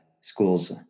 schools